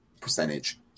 percentage